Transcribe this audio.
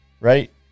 right